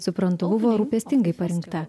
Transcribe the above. suprantu buvo rūpestingai parinkta